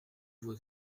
vous